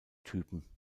typen